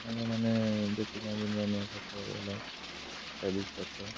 ସାଙ୍ଗମାନେ ଦେଖିଥାନ୍ତି ନୂଆ ନୂଆ ଫଟୋ ଭଲ ଷ୍ଟାଇଲିଶ ଫଟୋ